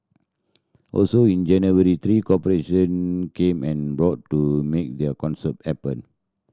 also in January three corporation came and broad to make their concert happen